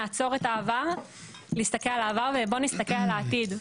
נעצור את העבר ובואו נסתכל על העתיד,